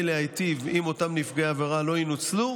להיטיב עם אותם נפגעי עבירה לא ינוצלו,